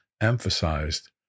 emphasized